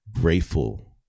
grateful